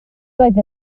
doedd